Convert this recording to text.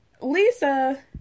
Lisa